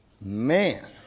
man